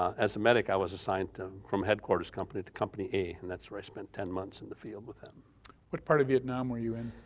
as a medic i was assigned to from headquarters company to company a, and that's where i spent ten months in the field with what part of vietnam were you in?